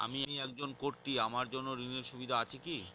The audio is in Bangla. আমি একজন কট্টি আমার জন্য ঋণের সুবিধা আছে কি?